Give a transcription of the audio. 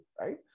right